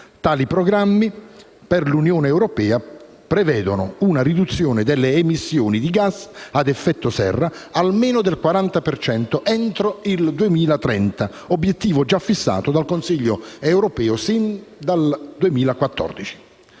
Tali programmi per l'Unione europea prevedono una riduzione delle emissioni di gas ad effetto serra almeno del 40 per cento entro il 2030, obiettivo già fissato dal Consiglio europeo sin dal 2014.